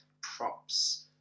props